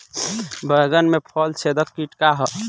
बैंगन में फल छेदक किट का ह?